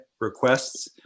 requests